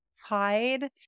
hide